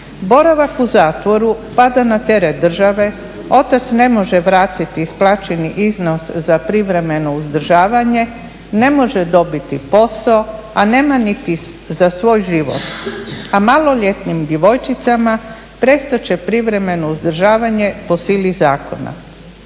Boravak u zatvoru pada na teret države, otac ne može vratiti isplaćeni iznos za privremeno uzdržavanje, ne može dobiti posao, a nema niti za svoj život, a maloljetnim djevojčicama prestat će privremeno uzdržavanje po sili zakona.